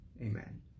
Amen